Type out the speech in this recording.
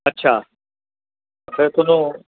ਅੱਛਾ ਫਿਰ ਤੁਹਾਨੂੰ